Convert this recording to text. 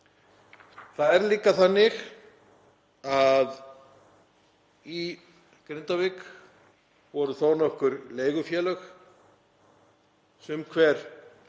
Það er líka þannig að í Grindavík voru þónokkur leigufélög, sum hver